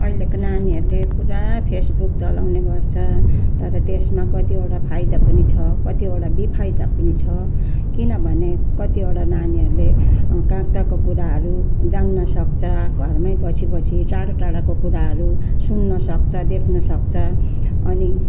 अहिलेको नानीहरूले पुरा फेसबुक चलाउने गर्छ तर त्यसमा कतिवटा फाइदा पनि छ कतिवटा बेफाइदा पनि छ किनभने कतिवटा नानीहरूले कहाँ कहाँको कुराहरू जान्नसक्छ घरमै बसी बसी टाढा टाढाको कुराहरू सुन्नसक्छ देख्नसक्छ अनि